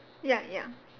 ya ya